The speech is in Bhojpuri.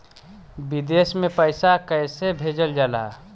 विदेश में पैसा कैसे भेजल जाला?